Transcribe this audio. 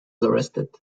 arrested